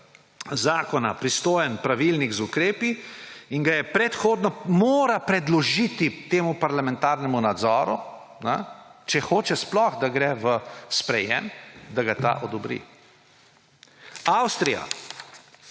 zakona, pristojen pravilnik z ukrepi, ki ga predhodno mora predložiti temu parlamentarnemu nadzoru, če hoče, da gre v sprejetje, da ga ta odbori. Avstrija